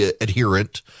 adherent